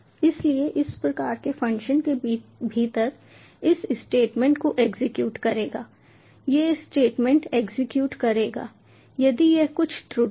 इसलिए इस प्रकार के फ़ंक्शन के भीतर इस स्टेटमेंट को एग्जीक्यूट करेगा ये स्टेटमेंट एग्जीक्यूट करेगा यदि यह कुछ त्रुटि है